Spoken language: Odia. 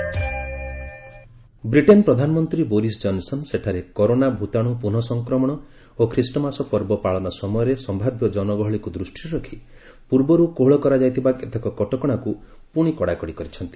ବ୍ରିଟେନ ପ୍ରଧାନମନ୍ତ୍ରୀ ବ୍ରିଟେନ ପ୍ରଧାନମନ୍ତ୍ରୀ ବୋରିସ ଜନ୍ସନ୍ ସେଠାରେ କରୋନା ଭୂତାଣୁ ପୁନଃ ସଂକ୍ରମଣ ଓ ଖ୍ରୀଷ୍ଟମାସ୍ ପର୍ବ ପାଳନ ସମୟରେ ସମ୍ଭାବ୍ୟ ଜନଗହଳିକୁ ଦୃଷ୍ଟିରେ ରଖି ପୂର୍ବରୁ କୋହଳ କରାଯାଇଥିବା କେତେକ କଟକଣାକୁ ପୁଣି କଡାକଡି କରିଛନ୍ତି